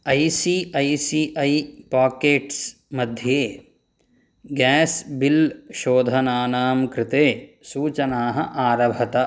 I C I C I pockets मध्ये gas bill शोधनानां कृते सूचनाः आरभत